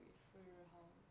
with 日日红